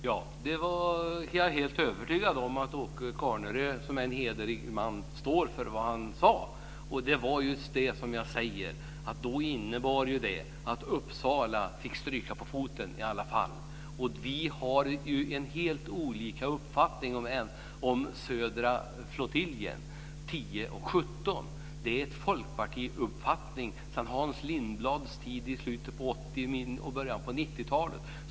Fru talman! Jag är helt övertygad om att Åke Carnerö som är en hederlig man står för vad han sade. Och som jag sade innebar det att Uppsala fick stryka på foten i alla fall. Vi har ju helt olika uppfattningar om södra flottiljen, F 10 och F 17. Det är en folkpartiuppfattning sedan Hans Lindblads tid i slutet av 80 talet och början av 90-talet.